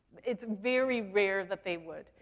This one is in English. it's very rare that they would.